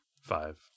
five